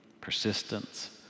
persistence